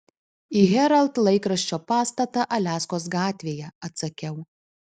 į herald laikraščio pastatą aliaskos gatvėje atsakiau